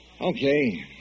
Okay